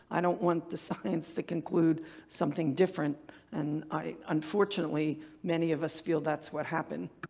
i don't want the science to conclude something different and i. unfortunately many of us feel that's what happened.